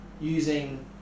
using